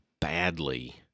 badly